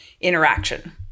interaction